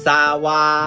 Sawa